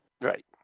Right